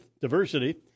Diversity